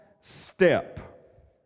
step